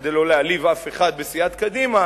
כדי שלא להעליב אף אחד בסיעת קדימה,